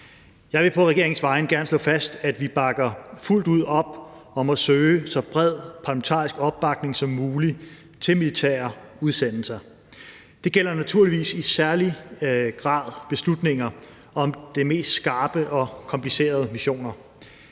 Jeg vil på regeringens vegne gerne slå fast, at vi bakker fuldt ud op om at søge så bred parlamentarisk opbakning som muligt til militære udsendelser. Det gælder naturligvis i særlig grad beslutninger om de mest skarpe og komplicerede missioner.